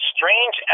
Strange